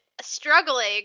struggling